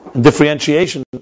differentiation